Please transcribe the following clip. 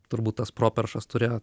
turbūt tas properšas turėjo